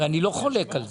הרי אני לא חולק על זה?